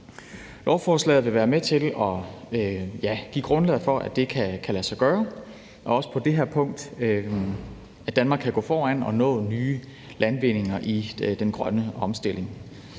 Lovforslaget vil være med til at give grundlaget for, at det kan lade sig gøre, og at Danmark også på det her punkt kan gå foran og nå nye landvindinger i den grønne omstilling.